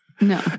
No